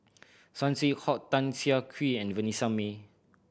Saw Swee Hock Tan Siah Kwee and Vanessa Mae